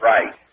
Right